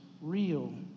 real